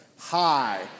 hi